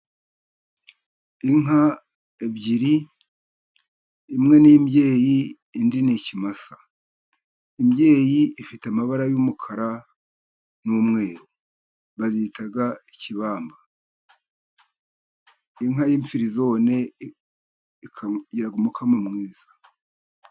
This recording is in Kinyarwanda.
Inka ebyiri imwe n'imbyeyi indi ni ikimasa. Imbyeyi ifite amabara y'umukara n'umweru. Bayita ikibamba. Inka y'imfirizone igira umukamo mwiza.